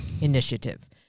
initiative